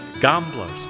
gamblers